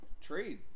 trade